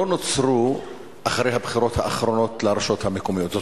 לא נוצרה אחרי הבחירות האחרונות לרשויות המקומיות,